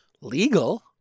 legal